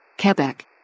Quebec